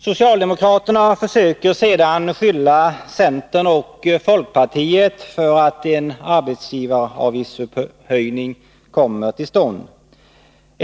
Socialdemokraterna försöker sedan skylla centern och folkpartiet för att en arbetsgivaravgiftshöjning kommer till stånd.